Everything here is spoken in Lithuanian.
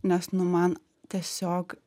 nes nu man tiesiog